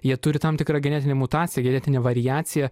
jie turi tam tikrą genetinę mutaciją genetinę variaciją